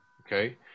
okay